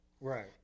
Right